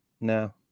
No